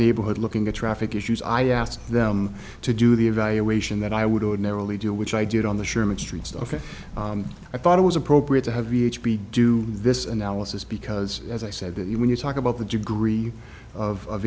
neighborhood looking at traffic issues i asked them to do the evaluation that i would ordinarily do which i did on the sherman streets ok i thought it was appropriate to have each be do this analysis because as i said that when you talk about the degree of